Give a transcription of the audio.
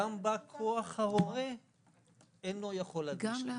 וגם בא כוח ההורה אין לו יכולת להגיש תלונה.